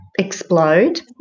explode